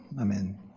Amen